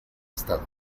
estado